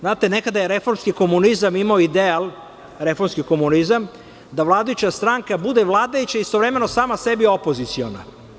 Znate, nekada je reformski komunizam imao ideal da vladajuća stranka bude vladajuća istovremeno i sama sebi opoziciona.